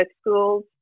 schools